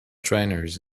trainers